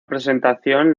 presentación